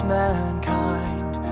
mankind